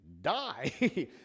Die